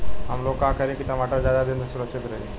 हमलोग का करी की टमाटर ज्यादा दिन तक सुरक्षित रही?